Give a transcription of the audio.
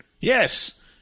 Yes